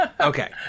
okay